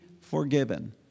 forgiven